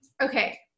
Okay